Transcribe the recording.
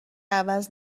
عوض